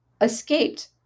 escaped